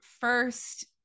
first